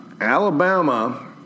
Alabama